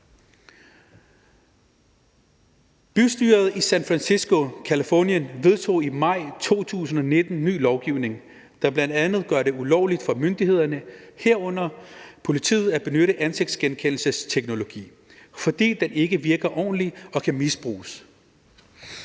Bystyret i San Francisco i Californien vedtog i maj 2019 ny lovgivning, der bl.a. gør det ulovligt for myndighederne, herunder politiet, at benytte ansigtsgenkendelsesteknologi, fordi den ikke virker ordentligt og kan misbruges.